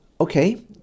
okay